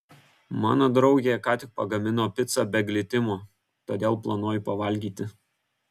mano draugė ką tik pagamino picą be glitimo todėl planuoju pavalgyti